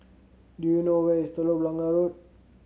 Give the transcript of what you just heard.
do you know where is Telok Blangah Road